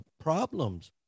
problems